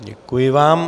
Děkuji vám.